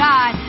God